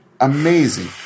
amazing